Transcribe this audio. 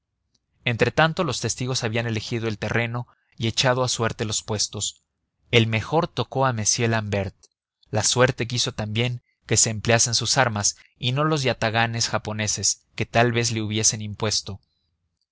entretanto los testigos habían elegido el terreno y echado a suerte los puestos el mejor tocó a m l'ambert la suerte quiso también que se empleasen sus armas y no los yataganes japoneses que tal vez le hubiesen impuesto